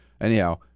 Anyhow